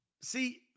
See